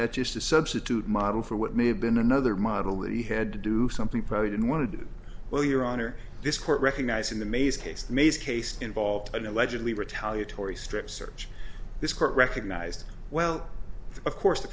that just to substitute model for what may have been another model that he had to do something probably didn't want to do well your honor this court recognizing the maze case maze case involved an allegedly retaliatory strip search this court recognized well of course the